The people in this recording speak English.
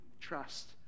trust